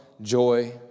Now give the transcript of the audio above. joy